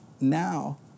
now